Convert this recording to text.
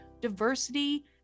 diversity